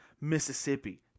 Mississippi